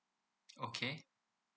okay